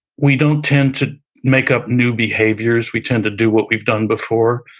we don't tend to make up new behaviors, we tend to do what we've done before,